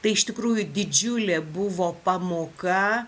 tai iš tikrųjų didžiulė buvo pamoka